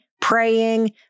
praying